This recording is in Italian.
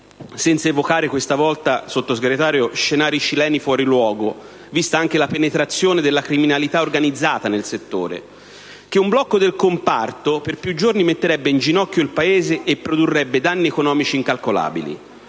senza evocare questa volta scenari cileni fuori luogo, vista anche la penetrazione della criminalità organizzata nel settore, che un blocco del comparto per più giorni metterebbe in ginocchio il Paese e produrrebbe danni economici incalcolabili.